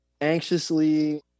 anxiously